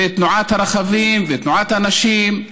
ותנועת הרכבים ותנועת האנשים.